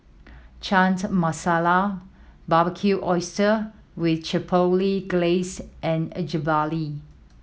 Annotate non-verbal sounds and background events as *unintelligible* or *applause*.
*unintelligible* Masala Barbecued Oysters with Chipotle Glaze and *unintelligible*